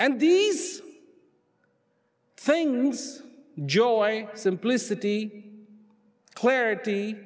and these things joy simplicity clarity